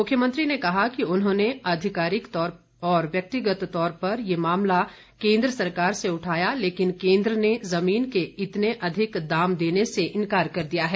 मुख्यमंत्री ने कहा कि उन्होंने आधिकारिक और व्यक्तिगत तौर पर यह मामला केंद्र सरकार से उठाया लेकिन केंद्र ने जमीन के इतने अधिक दाम देने से इनकार कर दिया है